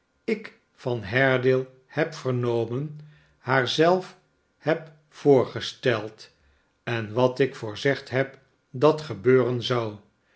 ik van haredale heb vernomen haar zelf heb voorgesteld en wat ik voorzegd heb dat gebeuren zou